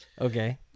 okay